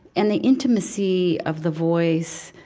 and the intimacy of the voice,